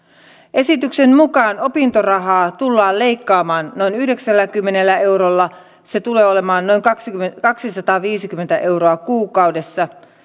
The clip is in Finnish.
esityksen mukaan opintorahaa tullaan leikkaamaan noin yhdeksälläkymmenellä eurolla se tulee olemaan noin kaksisataaviisikymmentä euroa kuukaudessa